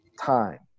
time